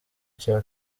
cya